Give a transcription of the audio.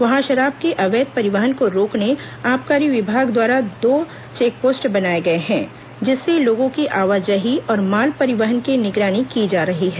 वहां शराब के अवैध परिवहन को रोकने आबकारी विभाग द्वारा दो चेकपोस्ट बनाए गए हैं जिससे लोगों की आवाजाही और माल परिवहन की निगरानी की जा रही है